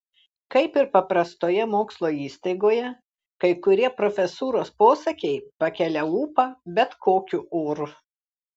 kaip ir paprastoje mokslo įstaigoje kai kurie profesūros posakiai pakelia ūpą bet kokiu oru